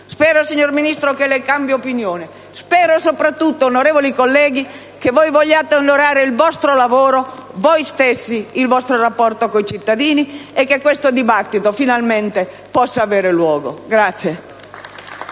Spero, signor Ministro, che lei cambi opinione; spero soprattutto, onorevoli colleghi, che voi vogliate onorare il vostro lavoro, voi stessi, il vostro rapporto con i cittadini, e che questo dibattito finalmente possa avere luogo.